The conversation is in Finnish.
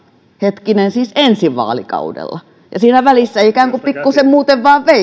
hetkinen siis ensi vaalikaudella ja siinä välissä ikään kuin pikkusen muuten vain